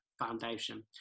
Foundation